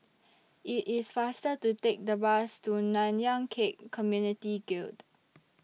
IT IS faster to Take The Bus to Nanyang Khek Community Guild